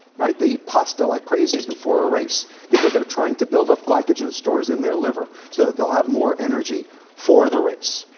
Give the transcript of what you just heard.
right? they eat pasta like crazy before a race because they're trying to build up glycogen stores in their liver so that they'll have more energy for the race.